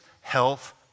health